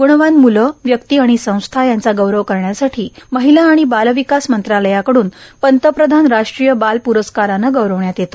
ग्णवान म्लं व्यक्ती आणि संस्था यांचा गौरव करण्यासाठी महिला आणि बाल विकास मंत्रालयाकडून पंतप्रधान राष्ट्रीय बाल प्रस्कारानं गौरवण्यात येते